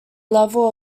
level